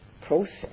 process